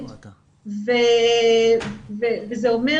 וזה אומר